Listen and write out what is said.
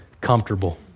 comfortable